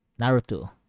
Naruto